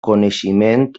coneixement